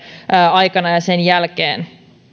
aikana ja sen jälkeen